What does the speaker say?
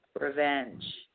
revenge